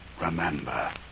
Remember